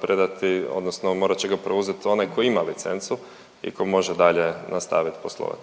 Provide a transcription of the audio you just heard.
predati odnosno morat će ga preuzet onaj ko ima licencu i ko može dalje nastavit poslovat.